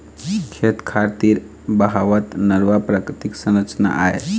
खेत खार तीर बहावत नरूवा प्राकृतिक संरचना आय